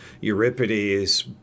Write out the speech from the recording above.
Euripides